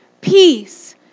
peace